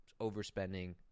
overspending